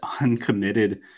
uncommitted